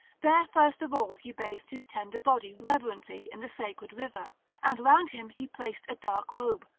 there first of all he bathed his tender body reverently in the sacred river and round him he placed a dark robe,